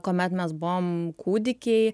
kuomet mes buvom kūdikiai